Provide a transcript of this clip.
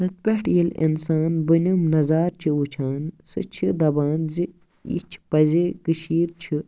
تَتہِ پٮ۪ٹھ ییٚلہِ اِنسان بٔنِم نظارٕ چھِ وٕچھان سُہ چھِ دپان زِ یہِ چھِ پَزی کٔشیٖرِ چھِ